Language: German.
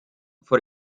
vor